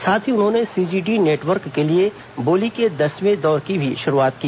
साथ ही उन्होंने सीजीडी नेटवर्क के लिए बोली के दसवे दौर की भी शुरूआत की